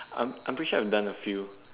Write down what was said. I'm I'm pretty sure I've done a few